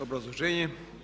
Obrazloženje.